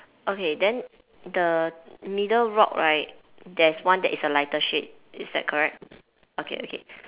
okay then the middle rock right there's one that is a lighter shade is that correct okay okay